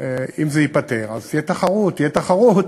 אם זה ייפתר אז תהיה תחרות, תהיה תחרות,